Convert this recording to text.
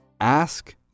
Ask